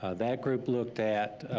ah that group looked at